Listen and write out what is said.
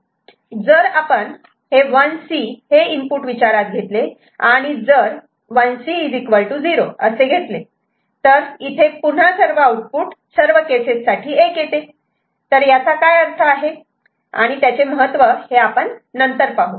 जर आपण 1C हे इनपुट विचारात घेतले आणि जर 1C 0 असे घेतले तर इथे पुन्हा सर्व आउटपुट सर्व केसेस साठी 1 येते याचा काय अर्थ आहे आणि त्याचे महत्त्व हे आपण नंतर पाहू